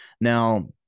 Now